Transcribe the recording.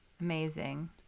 Amazing